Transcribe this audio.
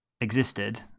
existed